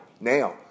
now